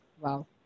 Wow